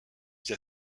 via